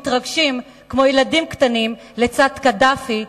מתרגשים כמו ילדים קטנים לצד קדאפי,